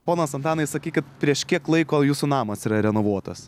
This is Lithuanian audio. ponas antanai sakykit prieš kiek laiko jūsų namas yra renovuotas